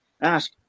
ask